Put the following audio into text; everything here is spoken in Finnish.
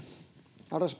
arvoisa